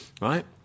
Right